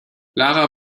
lara